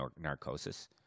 narcosis